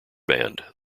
band